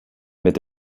mit